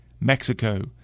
Mexico